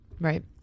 right